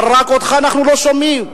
אבל רק אותך אנחנו לא שומעים.